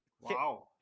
Wow